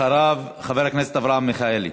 אחריו, חבר הכנסת אברהם מיכאלי.